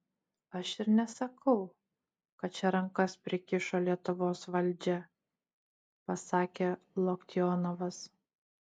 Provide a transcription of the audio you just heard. aš ir nesakau kad čia rankas prikišo lietuvos valdžia pasakė loktionovas